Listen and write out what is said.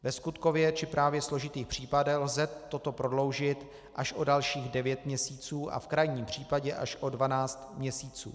Ve skutkově či právně složitých případech lze toto prodloužit až o dalších devět měsíců a v krajním případě až o dvanáct měsíců.